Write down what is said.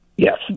Yes